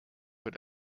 wird